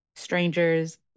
Strangers